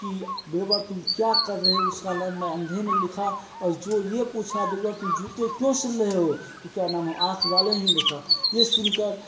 कि बीरबल तुम क्या कर रहे हो उसका नाम मैं अंधे में लिखा और जो ये पूछा कि तुम जुते क्यों सिल रहे हो उसका नाम आँख वाले ही लिखा ये सुन कर